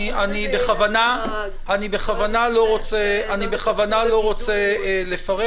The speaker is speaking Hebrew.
אני בכוונה לא רוצה לפרט.